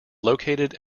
located